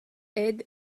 aide